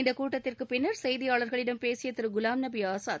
இந்த கூட்டத்திற்கு பின்னர் செய்தியாளர்களிடம் பேசிய திரு குலாம்நபி ஆசாத்